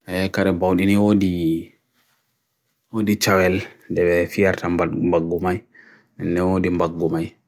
Ay karabawdi ne wo di chawel, dewe fiyat nambad gumad gumai, ne wo di gumad gumai.